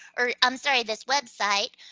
or, i'm sorry, this website,